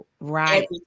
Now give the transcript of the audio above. Right